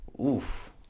Oof